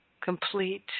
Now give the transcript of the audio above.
complete